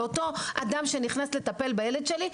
לאותו אדם שנכנס לטפל בילד שלי,